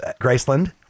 Graceland